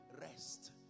Rest